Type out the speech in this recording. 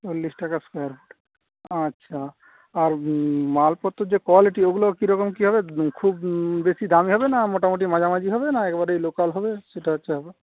চল্লিশ টাকা square foot আচ্ছা আর মালপত্রর যে কোয়ালিটি ওগুলো কিরকম কি হবে খুব বেশি দামি হবে না মোটামুটি মাঝামাঝি হবে না একেবারেই লোকাল হবে সেটা হচ্ছে ব্যাপার